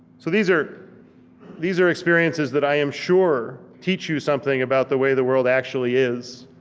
so these are these are experiences that i am sure teach you something about the way the world actually is,